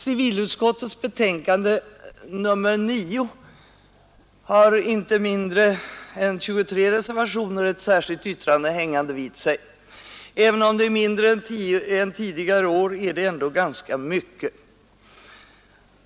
Civilutskottets betänkande nr 9 har inte mindre än 23 reservationer och ett särskilt yttrande hängande vid sig. Även om det är mindre än tidigare år är det ändå ganska mycket.